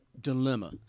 dilemma